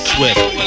Swift